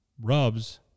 rubs